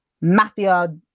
mafia